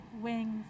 wings